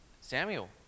Samuel